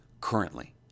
currently